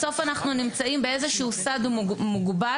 בסוף אנחנו נמצאים באיזשהו סד מוגבל.